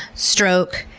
stroke,